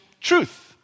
truth